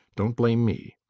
don't blame me.